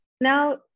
Now